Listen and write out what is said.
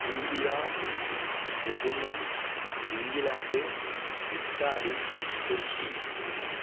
India German England Italy turkey